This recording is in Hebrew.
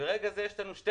ברגע זה יש לנו שתי